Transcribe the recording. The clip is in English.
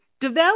develop